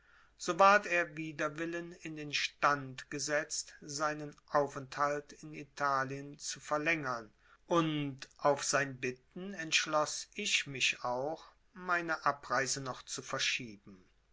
so ward er wider willen in den stand gesetzt seinen aufenthalt in italien zu verlängern und auf sein bitten entschloß ich mich auch meine abreise noch zu verschieben